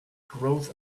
growth